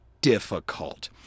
difficult